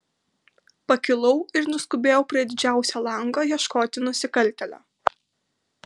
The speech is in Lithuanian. pakilau ir nuskubėjau prie didžiausio lango ieškoti nusikaltėlio